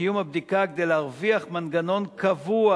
לקיום הבדיקה כדי להרוויח מנגנון קבוע,